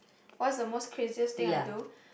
what's the most craziest thing I do